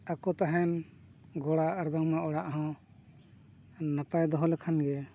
ᱟᱠᱚ ᱛᱟᱦᱮᱱ ᱜᱚᱲᱟ ᱟᱨ ᱵᱟᱝᱢᱟ ᱚᱲᱟᱜ ᱦᱚᱸ ᱱᱟᱯᱟᱭ ᱫᱚᱦᱚ ᱞᱮᱠᱷᱟᱱ ᱜᱮ